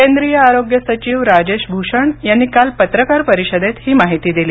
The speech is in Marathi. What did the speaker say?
केंद्रीय आरोग्य सचिव राजेश भूषण यांनी काल पत्रकार परिषदेत ही माहिती दिली